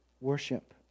worship